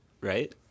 right